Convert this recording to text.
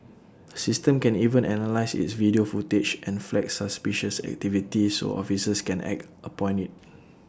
the system can even analyse its video footage and flag suspicious activity so officers can act upon IT